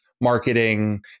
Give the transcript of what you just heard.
marketing